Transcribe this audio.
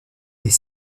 est